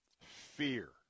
Fear